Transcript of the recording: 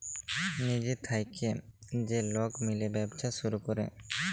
লিজের থ্যাইকে যে লক মিলে ব্যবছা ছুরু ক্যরে